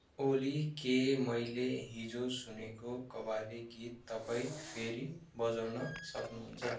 ओली के मैले हिजो सुनेको कब्बाली गीत तपाईँ फेरि बजाउन सक्नुहुन्छ